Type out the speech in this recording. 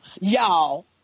y'all